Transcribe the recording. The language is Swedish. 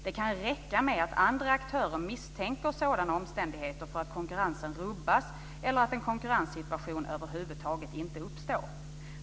Det kan räcka med att andra aktörer misstänker sådana omständigheter för att konkurrensen rubbas eller att en konkurrenssituation över huvud taget inte uppstår.